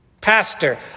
Pastor